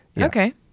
Okay